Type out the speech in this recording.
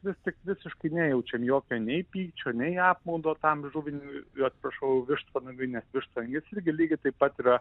vis tik visiškai nejaučiam jokio nei pykčio nei apmaudo tam atsiprašau vištvanagiui jis lygiai taip pat yra